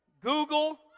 Google